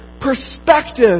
perspective